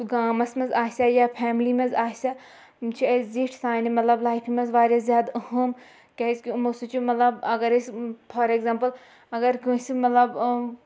سُہ گامَس منٛز آسیٛا یا فیملی منٛز آسیٛا یِم چھِ اَسہِ زِٹھۍ سانہِ مطلب لایفہِ منٛز واریاہ زیادٕ اہم کیٛازکہِ یِمو سۭتۍ چھُ مطلب اَگر أسۍ فار ایٚگزامپٕل اَگر کٲنٛسہِ مطلب